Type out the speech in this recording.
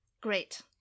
great